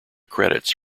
credits